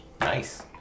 Nice